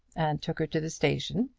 and took her to the station,